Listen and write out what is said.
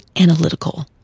analytical